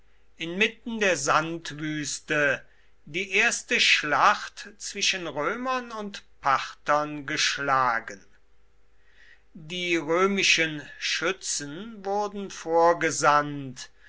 inmitten der sandwüste die erste schlacht zwischen römern und parthern geschlagen die römischen schützen wurden vorgesandt